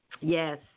Yes